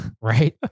Right